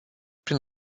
prin